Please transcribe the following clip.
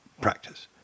practice